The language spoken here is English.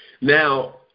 now